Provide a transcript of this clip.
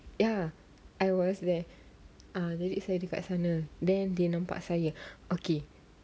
ya I was there ah saya dekat sana then they nampak saya okay